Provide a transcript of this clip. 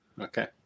Okay